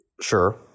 Sure